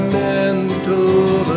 mental